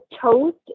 toast